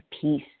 peace